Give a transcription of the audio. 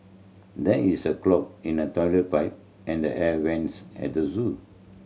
there is a clog in the toilet pipe and the air vents at the zoo